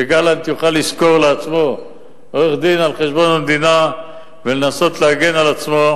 שגלנט יוכל לשכור לעצמו עורך-דין על חשבון המדינה ולנסות להגן על עצמו,